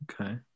Okay